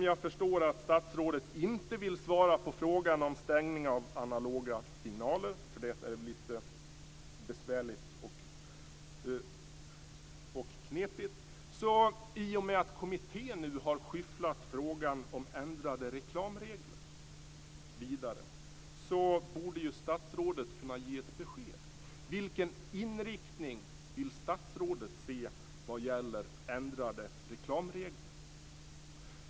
Jag förstår att statsrådet inte vill svara på frågan om stängning av analoga signaler, för det är lite besvärligt och knepigt. Men i och med att kommittén nu har skyfflat frågan om ändrade reklamregler vidare borde ju statsrådet kunna ge ett besked: Vilken inriktning vill statsrådet se vad gäller ändrade reklamregler?